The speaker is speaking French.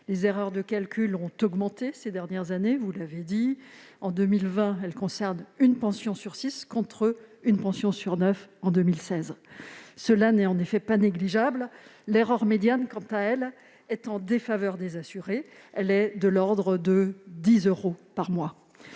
une réalité. Elles ont augmenté ces dernières années- vous l'avez dit : en 2020, elles concernent une pension sur six, contre une pension sur neuf en 2016. Cela n'est pas négligeable. L'erreur médiane est en défaveur des assurés : elle est de l'ordre de 10 euros par mois.